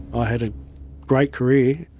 i had a great career.